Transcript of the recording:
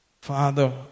Father